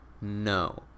No